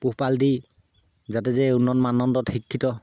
পোহপাল দি যাতে যে উন্নত মানদণ্ডত শিক্ষিত